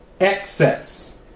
excess